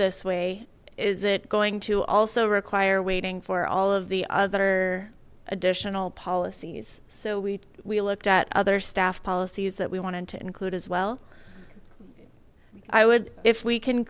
this way is it going to also require waiting for all of the other additional policies so we we looked at other staff policies that we wanted to include as well i would if we can